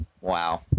Wow